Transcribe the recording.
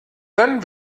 dann